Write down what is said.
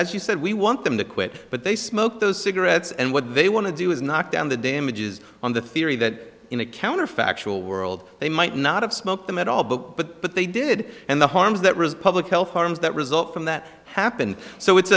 as you said we want them to quit but they smoke those cigarettes and what they want to do is knock down the damages on the theory that in a counterfactual world they might not have smoked them at all but but but they did and the harms that risk public health harms that result from that happen so it's